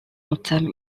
entame